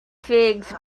figs